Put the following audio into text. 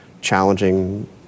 challenging